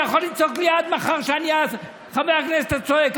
אתה יכול לצעוק לי עד מחר שאני חבר כנסת צועק.